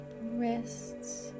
wrists